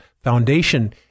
Foundation